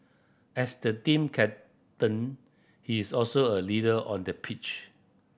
as the team captain he is also a leader on the pitch